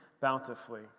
bountifully